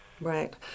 Right